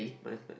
mine's not